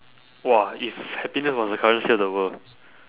!wah! if happiness was the currency of the world